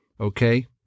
Okay